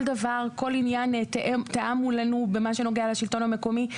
דבר וכל עניין במה שנוגע לשלטון המקומי.